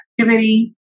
activity